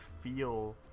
feel